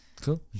cool